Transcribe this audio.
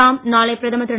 தாம் நாளை பிரதமர் திரு